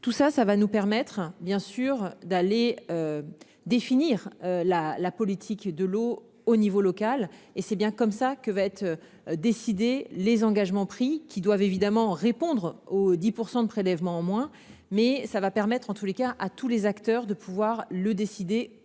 tout ça, ça va nous permettre bien sûr d'aller. Définir la la politique de l'eau au niveau local et c'est bien comme ça que va être. Décidé les engagements pris, qui doivent évidemment répondre aux 10% de prélèvements en moins mais ça va permettre en tous les cas à tous les acteurs de pouvoir le décider